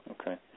Okay